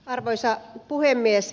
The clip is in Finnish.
arvoisa puhemies